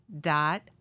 dot